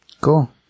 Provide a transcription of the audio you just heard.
Cool